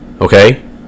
okay